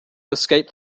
escape